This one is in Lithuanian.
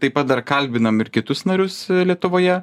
taip pat dar kalbinam ir kitus narius lietuvoje